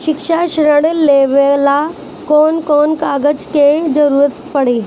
शिक्षा ऋण लेवेला कौन कौन कागज के जरुरत पड़ी?